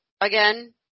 again